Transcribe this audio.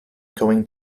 going